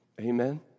Amen